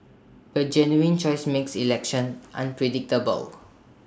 but genuine choice makes elections unpredictable